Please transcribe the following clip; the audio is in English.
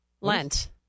Lent